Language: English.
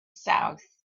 south